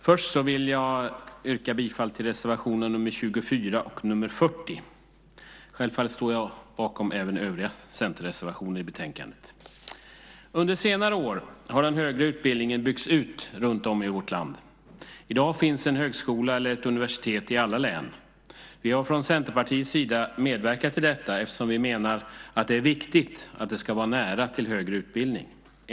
Fru talman! Först vill jag yrka bifall till reservationerna nr 24 och nr 40. Självfallet står jag bakom även övriga centerreservationer i betänkandet. Under senare år har den högre utbildningen byggts ut runtom i vårt land. I dag finns en högskola eller ett universitet i alla län. Vi har från Centerpartiets sida medverkat till detta eftersom vi menar att det är viktigt att det ska vara nära till högre utbildning.